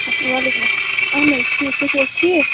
وعلیکُم السلام اہن حظ ٹھیک تُہۍ چھُو حظ ٹھیک